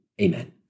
Amen